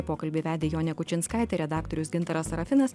pokalbį vedė jonė kučinskaitė redaktorius gintaras sarafinas